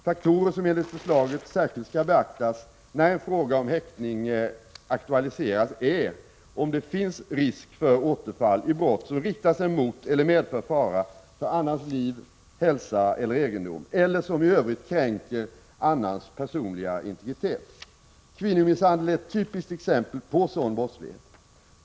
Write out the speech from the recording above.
Faktorer som enligt förslaget särskilt skall beaktas, när en fråga om häktning aktualiseras, är om det finns risk för återfall i brott som riktar sig mot eller medför fara för annans liv, hälsa eller egendom eller som i övrigt kränker annans personliga integritet. Kvinnomisshandel är ett typiskt exempel på sådan brottslighet.